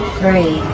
three